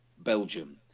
Belgium